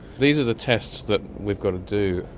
these are the tests that we've got to do.